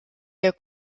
der